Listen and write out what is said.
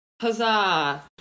Huzzah